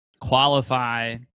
qualify